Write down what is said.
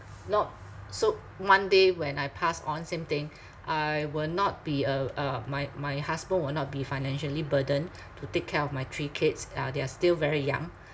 not so one day when I pass on same thing I will not be uh uh my my husband will not be financially burdened to take care of my three kids uh they are still very young